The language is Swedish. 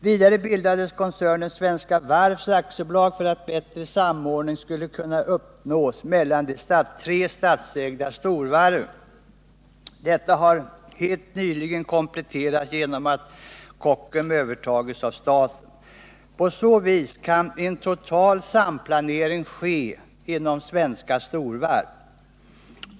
Vidare bildades koncernen Svenska Varv AB för att bättre samordning skulle kunna uppnås mellan de tre statsägda storvarven. Detta har helt nyligen kompletterats genom att Kockums AB övertagits av staten. På så vis kan en total samplanering ske inom svenska storvarv.